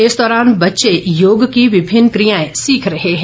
इस दौरान बच्चे योग की विभिन्न प्रक्रियाएं सीख रहे हैं